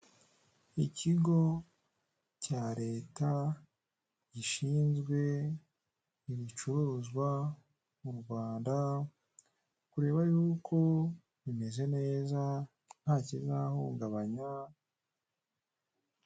Ikigo cya leta gishinzwe ibicuruzwa mu Rwanda kureba yuko bimeze neza ntakizahungabanywa,